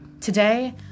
Today